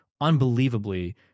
unbelievably